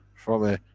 from a